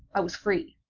i was free.